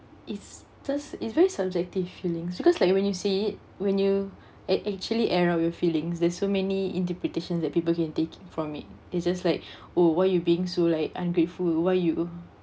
it's just it's very subjective feelings because like when you say it when you ac~ actually end up with feelings there's so many interpretations that people can take from it it's just like oh why you're being so like ungrateful why you